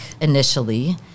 initially